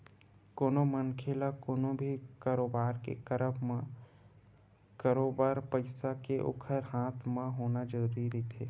कोनो मनखे ल कोनो भी कारोबार के करब म बरोबर पइसा के ओखर हाथ म होना जरुरी रहिथे